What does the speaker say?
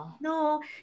no